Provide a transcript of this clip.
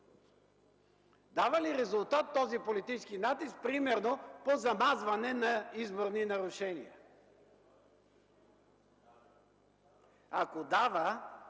Дава ли резултат този политически натиск примерно по замазване на изборни нарушения? Ако дава